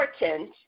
important